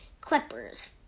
Clippers